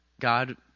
God